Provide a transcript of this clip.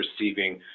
receiving